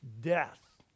death